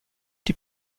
die